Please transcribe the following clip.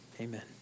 Amen